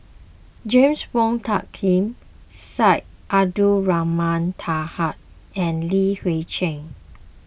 James Wong Tuck Yim Syed Abdulrahman Taha and Li Hui Cheng